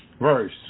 Verse